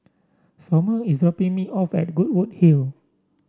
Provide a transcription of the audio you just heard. Somer is dropping me off at Goodwood Hill